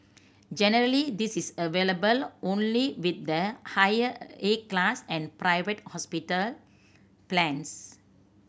generally this is available only with the higher A class and private hospital plans